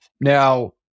Now